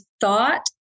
thought